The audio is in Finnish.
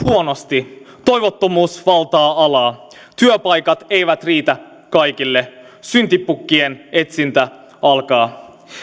huonosti toivottomuus valtaa alaa työpaikat eivät riitä kaikille syntipukkien etsintä